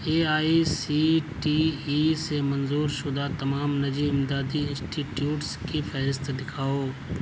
E I C T E سے منظور شدہ تمام نجی امدادی انسٹیٹیوٹس کی فہرست دکھاؤ